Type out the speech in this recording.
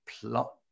plot